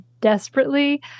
desperately